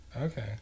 Okay